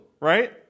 right